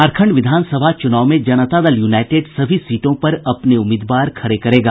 झारखंड विधानसभा चुनाव में जनता दल यूनाईटेड सभी सीटों पर अपने उम्मीदवार खड़े करेगा